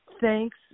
thanks